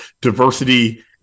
diversity